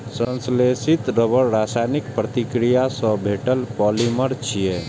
संश्लेषित रबड़ रासायनिक प्रतिक्रिया सं भेटल पॉलिमर छियै